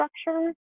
structure